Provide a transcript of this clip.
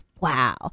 wow